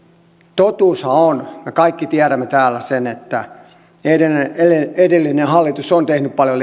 totuushan on me kaikki tiedämme täällä sen että edellinen hallitus on tehnyt paljon